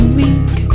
weak